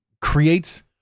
creates